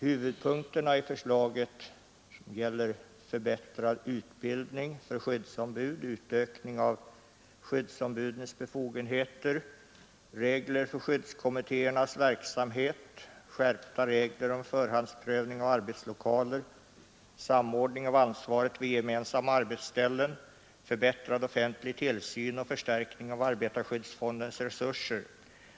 Huvudpunkterna i förslaget gäller förbättrad utbildning för skyddsombud och utökning av skyddsombudens befogenheter, regler för skyddskommittéernas verksamhet, skärpta regler om förhandsprövning av arbetslokaler, samordning av ansvaret vid gemensamma arbetsställen, förbättrad offentlig tillsyn och förstärkning av arbetarskyddsfondens resurser.